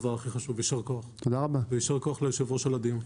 יישר כוח ויישר כוח ליושב-ראש על הדיון.